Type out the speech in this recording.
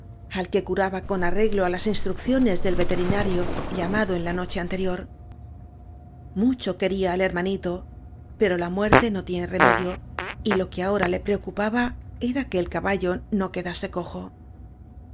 al que curaba con arreglo á las instrucciones del veterinario llamado en la noche ante rior mucho quería al hermanito pero la muerte no tiene remedio y lo que ahora ls preocupaba era que el caballo no quedase cojo